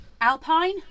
Alpine